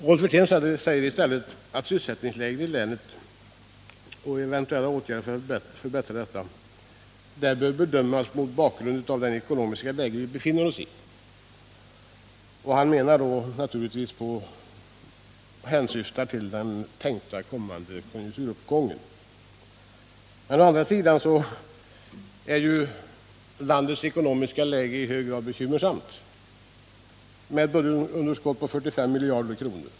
Rolf Wirtén säger i stället att sysselsättningsläget i länet och eventuella åtgärder för att förbättra detta bör bedömas mot bakgrund av det ekonomiska läge vi nu befinner oss i. Han syftar då naturligtvis på den tänkta kommande konjunkturuppgången. Men å andra sidan är landets ekonomiska läge i hög grad bekymmersamt med ett budgetunderskott på 45 miljarder kronor.